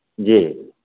जी